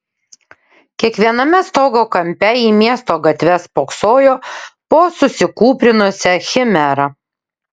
kiekviename stogo kampe į miesto gatves spoksojo po susikūprinusią chimerą